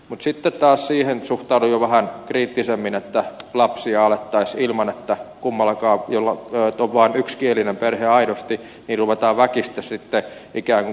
mutta sitten taas siihen suhtaudun jo vähän kriittisemmin että lapsia ruvettaisiin kun on vaan yksikielinen perhe aidosti väkisin ikään kuin kielikylvettämään